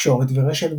תקשורת ורשת,